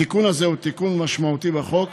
התיקון הזה הוא תיקון משמעותי בחוק,